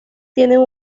tienen